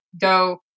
Go